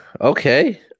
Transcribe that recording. Okay